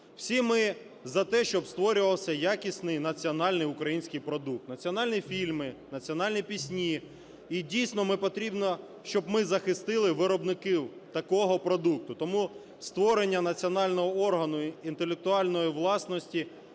Всі ми за те, щоб створювався якісний національний український продукт: національні фільми, національні пісні. І, дійсно, потрібно, щоб ми захистили виробників такого продукту. Тому створення національного органу інтелектуальної власності